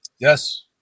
Yes